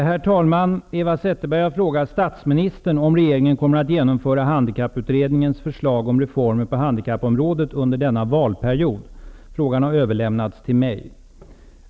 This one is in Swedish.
Herr talman! Eva Zetterberg har frågat statsministern om regeringen kommer att genomföra Handikapputredningens förslag om reformer på handikappområdet under denna valperiod. Frågan har överlämnats till mig.